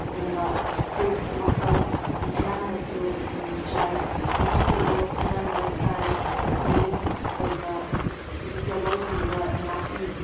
ꯒꯨꯝꯕ ꯐ꯭ꯔꯨꯏꯠꯁ ꯃꯈꯜ ꯑꯌꯥꯝꯕꯁꯨ ꯆꯥꯏ ꯋꯤꯖꯤꯇꯦꯕꯜꯁ ꯑꯌꯥꯝꯕ ꯆꯥꯏ ꯂꯤꯐ ꯑꯣꯏꯕ ꯍꯥꯏꯕꯗꯤ ꯋꯤꯖꯤꯇꯦꯕꯜꯒꯨꯝꯕ ꯅꯥꯄꯤ